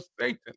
Satan